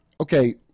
okay